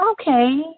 okay